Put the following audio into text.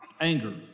Anger